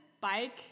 bike